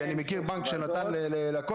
כי אני מכיר בנק שנתן ללקוח,